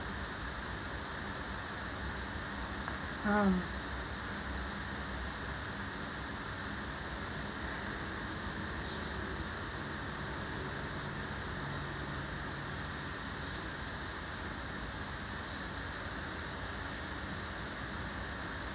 ah